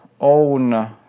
own